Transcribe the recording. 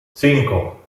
cinco